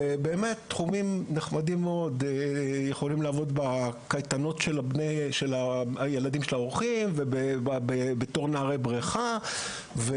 הם יכולים לעבוד בקייטנות של הילדים של האורחים ובתור נערי בריכה,